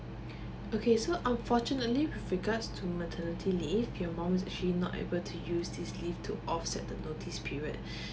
okay so unfortunately with regards to maternity leave your mom is actually not able to use this leave to offset the notice period